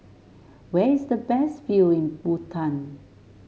where is the best view in Bhutan